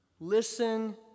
Listen